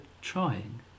trying